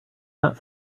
that